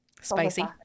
spicy